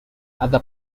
other